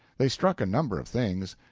they struck a number of things,